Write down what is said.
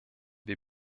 wir